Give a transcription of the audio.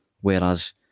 whereas